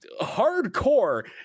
hardcore